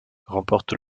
remporte